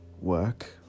Work